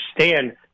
understand